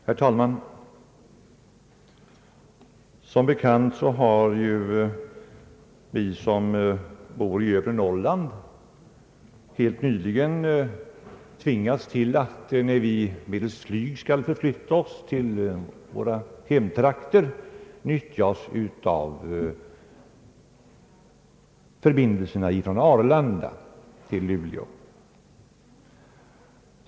Herr talman! Som bekant har vi som bor i övre Norrland, när vi medelst flyg skall förflytta oss till våra hemtrakter, helt nyligen tvingats till att nyttja förbindelserna från Arlanda till Luleå.